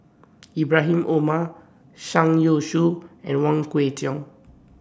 Ibrahim Omar Zhang Youshuo and Wong Kwei Cheong